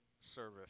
service